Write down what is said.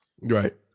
Right